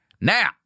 Now